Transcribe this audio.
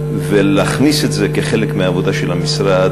ולהכניס את זה כחלק מהעבודה של המשרד,